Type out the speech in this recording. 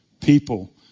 people